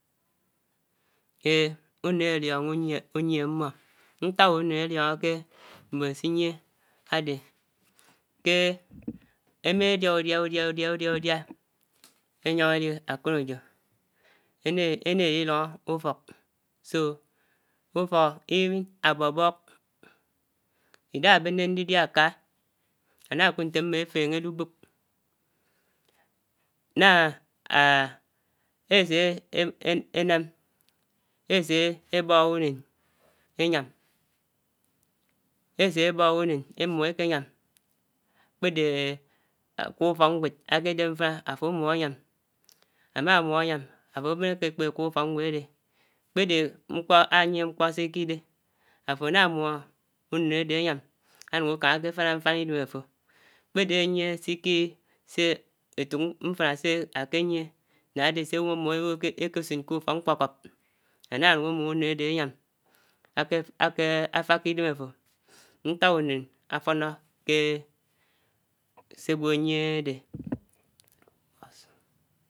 Èn! Unin auòngò unìé ámmò, nták unèn aliongò kè mbòn sí nie ádè ké émà díà, udià, udià, udià, udìà, udìà, udià ényóng èdíhè ákòn éyò ènè ènè édí lóngó k’ufòk so ufọk even ábó bóg, Idàhà ábèné ndidia àkà ànà kud nté ámmò áfèhén èli bòk, áná èsè èñám, èsè èbòg unén èyám, ésè ébòg unèn émum èkè yàm, ákpèdé ufók nwéd ákádé mfáná, áfò ámum àyàm, àmà mum àyàm àfò bén ákèkpè ákuk ufòk nwéd ádè, ákpèdè mkpó ánié mkpó si ikidè, àfò ànà mum unèn ádé áyám ánuk àkà ákè áfànà mfànà Idèm àfò, kpédè ánìè síkí sé étòk mfànà sè ákè niè, yàk àdé sē èbò kè umum ákè sin kè ufók mkpòkòp, áná ánuk ámum unèn ádè áyám ákè fáká Idèm àfò, ntàk unèn áfònò kẹ̀. Sè ágwò ámè ádédé.